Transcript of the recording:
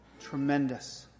tremendous